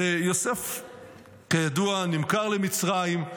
וכידוע, יוסף נמכר למצרים,